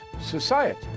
society